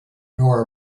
nor